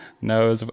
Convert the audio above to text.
No